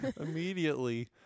immediately